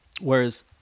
Whereas